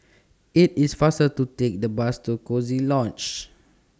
IT IS faster to Take The Bus to Coziee Lodge